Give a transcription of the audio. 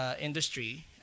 Industry